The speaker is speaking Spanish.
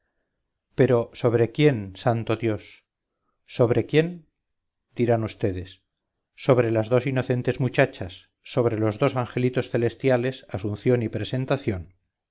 pero sobre quién santo dios sobre quién dirán vds sobre las dos inocentes muchachas sobre los dos angelitos celestiales asunción y presentación